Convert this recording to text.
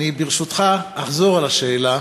וברשותך, אחזור על השאלה: